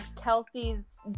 Kelsey's